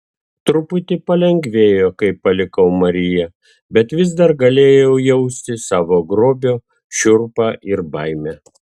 truputį palengvėjo kai palikau mariją bet vis dar galėjau jausti savo grobio šiurpą ir baimę